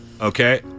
Okay